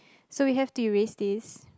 so we have to erase this